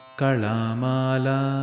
kalamala